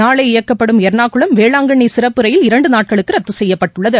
நாளை இயக்கப்படும் எர்ணாகுளம் வேளாங்கண்ணி சிறப்பு ரயில் இரண்டு நாட்களுக்கு ரத்து செய்யப்பட்டுள்ளன